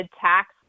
tax